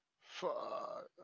Fuck